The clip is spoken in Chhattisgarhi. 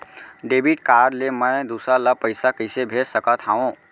डेबिट कारड ले मैं दूसर ला पइसा कइसे भेज सकत हओं?